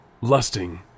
Lusting